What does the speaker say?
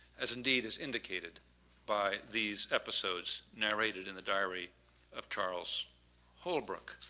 as indeed as indicated by these episodes narrated in the diary of charles holbrook.